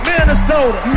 Minnesota